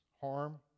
harm